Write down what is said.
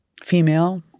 female